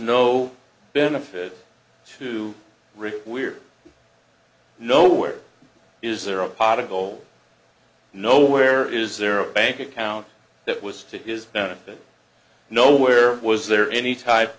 no benefit to rick we're nowhere is there a pot of gold nowhere is there a bank account that was to his benefit nowhere was there any type